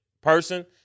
person